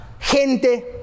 gente